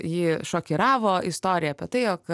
jį šokiravo istorija apie tai jog